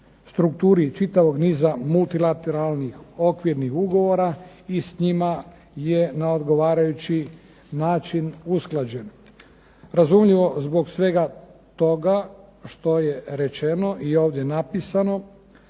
strukturi čitavog niza multilateralnih okvirnih ugovora i s njima je na odgovarajući način usklađen. Razumljivo zbog svega toga što je rečeno i ovdje napisano